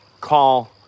call